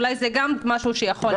אולי זה גם יכול לעזור.